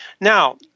Now